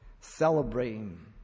celebrating